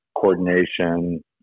coordination